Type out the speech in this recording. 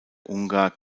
ungar